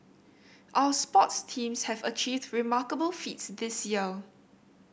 our sports teams have achieved remarkable feats this year